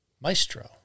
maestro